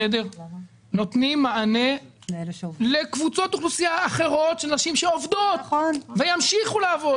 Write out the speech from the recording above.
נותנים מענה לקבוצות אוכלוסייה אחרות של נשים שעובדות וימשיכו לעבוד.